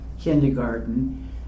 kindergarten